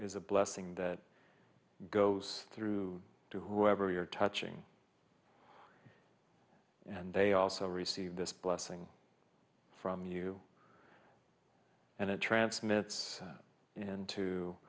is a blessing that goes through to whoever you're touching and they also receive this blessing from you and it transmits